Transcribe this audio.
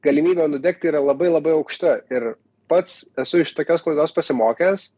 galimybė nudegti yra labai labai aukšta ir pats esu iš tokios klaidos pasimokęs